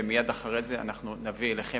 ומייד אחרי זה אנחנו נביא אליכם,